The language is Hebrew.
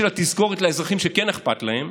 בשביל התזכורת לאזרחים שכן אכפת להם,